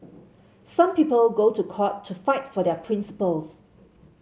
some people go to court to fight for their principles